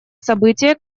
события